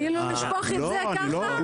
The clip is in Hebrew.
תתנו לו לשפוך את זה ככה?